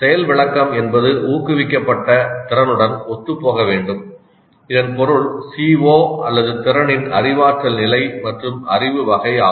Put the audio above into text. செயல் விளக்கம் என்பது ஊக்குவிக்கப்பட்ட திறனுடன் ஒத்துப்போக வேண்டும் இதன் பொருள் CO திறனின் அறிவாற்றல் நிலை மற்றும் அறிவு வகை ஆகும்